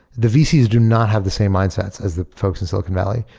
the vcs do not have the same mindsets as the folks in silicon valley.